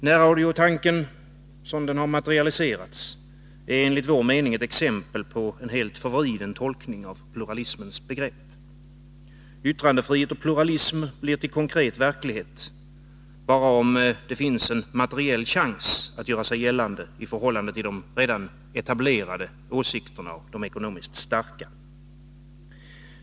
Närradiotanken, som den har materialiserats, är enligt vår mening ett exempel på en helt förvriden tolkning av pluralismens begrepp. Yttrandefrihet och pluralism blir till konkret verklighet bara om det finns en materiell chans att göra sig gällande i förhållande till de redan etablerade åsikterna och de ekonomiskt starka.